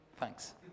Thanks